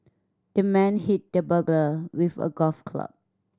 the man hit the burglar with a golf club